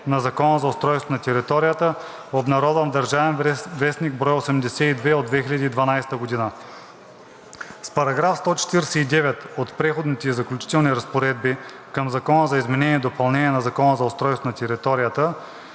Закона за устройство на територията